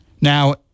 Now